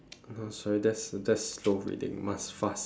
no sorry that's that's slow reading must fast